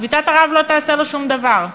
שביתת הרעב לא תעשה לו שום דבר.